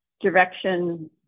direction